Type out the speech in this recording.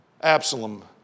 Absalom